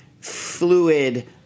fluid